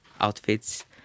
outfits